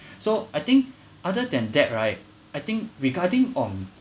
so I think other than that right I think regarding on